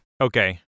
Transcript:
Okay